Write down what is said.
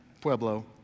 Pueblo